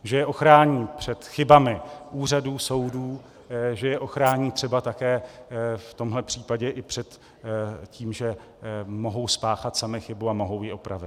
Že je ochrání před chybami úřadů, soudů, že je ochrání třeba také v tomhle případě i před tím, že mohou spáchat sami chybu a mohou ji opravit.